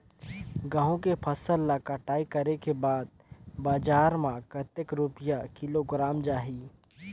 गंहू के फसल ला कटाई करे के बाद बजार मा कतेक रुपिया किलोग्राम जाही?